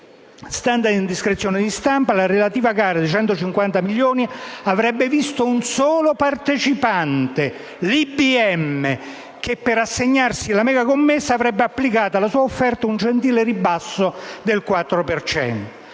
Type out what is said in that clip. Stando ad indiscrezioni di stampa, la relativa gara di 150 milioni avrebbe visto un solo partecipante, l'IBM, il quale, per assegnarsi la commessa, avrebbe applicato alla sua offerta un gentile ribasso del 4